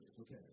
Okay